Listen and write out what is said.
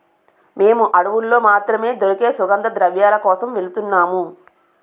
మేము అడవుల్లో మాత్రమే దొరికే సుగంధద్రవ్యాల కోసం వెలుతున్నాము